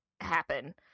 happen